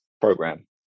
program